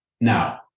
Now